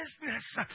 business